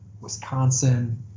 Wisconsin